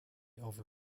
over